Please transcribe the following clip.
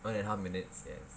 one and a half minutes yes